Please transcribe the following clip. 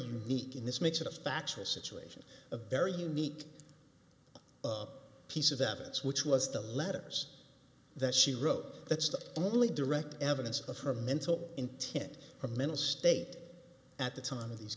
unique in this makes it a factual situation a very unique piece of evidence which was the letters that she wrote that's the only direct evidence of her mental intent or mental state at the time of these